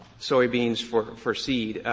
soybeans for for seed.